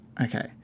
Okay